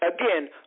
Again